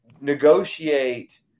Negotiate